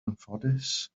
anffodus